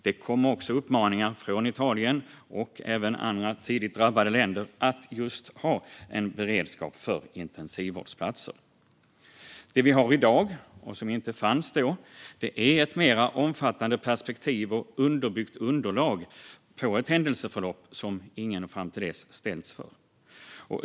Det kom också uppmaningar från Italien och även från andra tidigt drabbade länder att man skulle ha just en beredskap för intensivvårdsplatser. Det vi har i dag och som inte fanns då är ett mer omfattande perspektiv och ett underbyggt underlag när det gäller ett händelseförlopp som ingen fram till dess hade ställts inför.